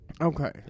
Okay